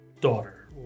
daughter